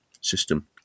system